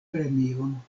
premion